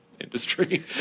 industry